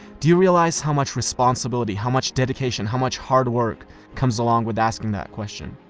do you realize how much responsibility, how much dedication, how much hard work comes along with asking that question?